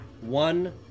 one